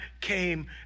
came